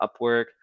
upwork